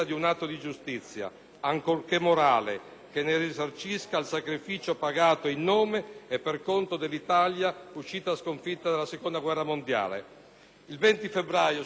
ancorché morale, che ne risarcisca il sacrificio pagato in nome e per conto dell'Italia uscita sconfitta dalla seconda guerra mondiale. Il 20 febbraio corrente